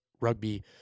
Rugby